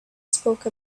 spoke